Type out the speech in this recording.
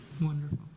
Wonderful